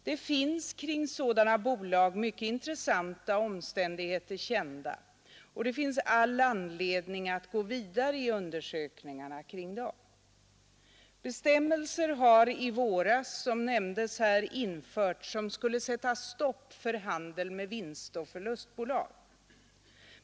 Det finns om sådana bolag mycket intressanta omständigheter kända, och det finns all anledning att gå vidare i undersökningarna kring dem. I våras infördes, som nämnts i svaret, bestämmelser som skulle sätta stopp för handeln med vinstoch förlustbolag.